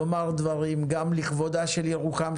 תאמר דברים גם לכבודה של ירוחם,